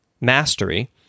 mastery